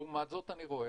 לעומת זאת, אני רואה